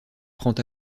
prend